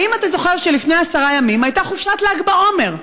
האם אתה זוכר שלפני עשרה ימים הייתה חופשת ל"ג בעומר?